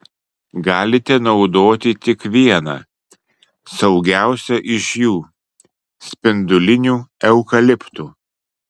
galite naudoti tik vieną saugiausią iš jų spindulinių eukaliptų